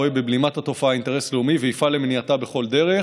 רואה בבלימת התופעה אינטרס לאומי ויפעל למניעתה בכל דרך.